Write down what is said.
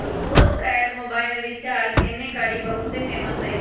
postpaid mobile recharge एन्ने कारि बहुते फेमस हई